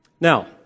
Now